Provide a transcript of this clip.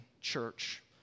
church